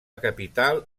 capital